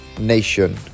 Nation